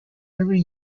every